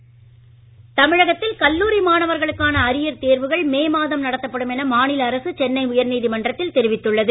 கல்லூரிதேர்வு தமிழகத்தில் கல்லூரி மாணவர்களுக்கான அரியர் தேர்வுகள் மே மாதம் நடத்தப்படும் என மாநில அரசு சென்னை உயர்நீதிமன்றத்தில் தெரிவித்துள்ளது